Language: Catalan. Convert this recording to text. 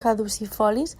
caducifolis